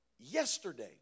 Yesterday